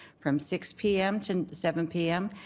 from six p m. to seven p m.